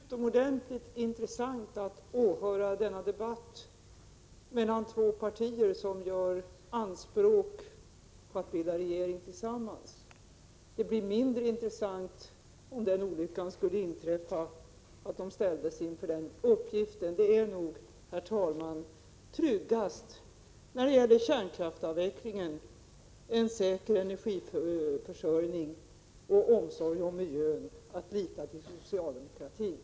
Herr talman! Jag har en kommentar att göra. Det har varit utomordentligt intressant att åhöra denna debatt mellan två partier som gör anspråk på att bilda regering tillsammans. Det blir mindre intressant om den olyckan skulle inträffa att de ställs inför den uppgiften. Det är nog, herr talman, tryggast när det gäller kärnkraftsavvecklingen, en säker energiförsörjning och omsorg om miljön, att lita till socialdemokratin.